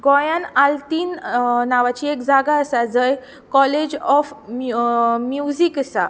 गोंयांत आल्तीन नांवाची एक जागा आसा जंय काॅलेज ऑफ म्युजीक आसा